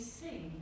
sing